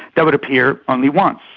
that would appear only once.